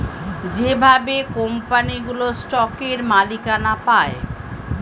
যেভাবে কোম্পানিগুলো স্টকের মালিকানা পায়